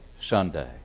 Sunday